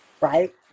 right